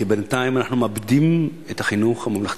כי בינתיים אנחנו מאבדים את החינוך הממלכתי.